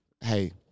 hey